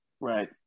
right